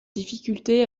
difficulté